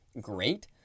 great